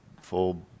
full